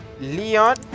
Leon